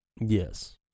yes